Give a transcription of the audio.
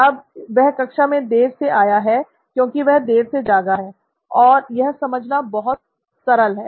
अब वह कक्षा में देर से आया है क्योंकि वह देर से जागा है और यह समझना बहुत सरल है